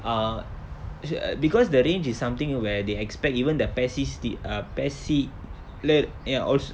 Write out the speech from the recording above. uh s~ because the range is something where they expect even the PES C st~ uh PES C lu~ an~ al~